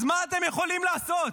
אז מה אתם יכולים לעשות?